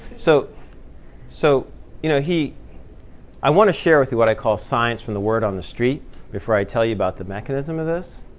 so so you know i want to share with you what i call science from the word on the street before i tell you about the mechanism of this.